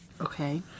Okay